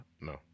No